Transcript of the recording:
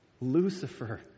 Lucifer